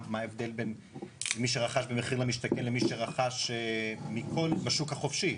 מה ההבדל בין מי שרכש במחיר למשתכן למי שרכש בשוק החופשי,